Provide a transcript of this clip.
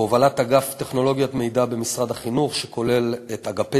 זה בהובלת אגף טכנולוגיית מידע במשרד החינוך וכולל את אגפי